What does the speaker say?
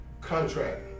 contract